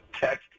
text